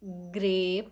grape